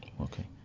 okay